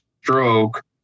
stroke